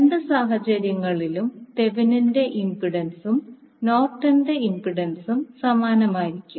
രണ്ട് സാഹചര്യങ്ങളിലും തെവെനിന്റെ ഇംപിഡൻസുംThevinin's impedance നോർട്ടന്റെ ഇംപിൻഡൻസും Norton's impedance സമാനമായിരിക്കും